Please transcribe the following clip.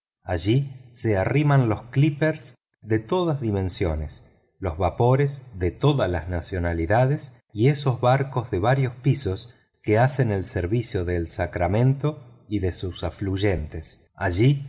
allí se arriman los clippers de todas dimensiones los vapores de todas las nacionalidades y esos barcos de varios pisos que hacen el servicio del sacramento y de sus afluentes allí